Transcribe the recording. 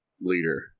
leader